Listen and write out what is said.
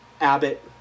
Abbott